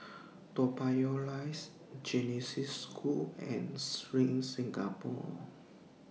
Toa Payoh Rise Genesis School and SPRING Singapore